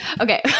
Okay